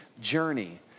journey